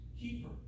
keeper